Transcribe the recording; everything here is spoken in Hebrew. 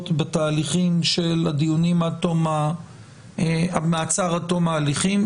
בתהליכים של הדיונים של מעצר עד תום ההליכים,